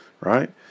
right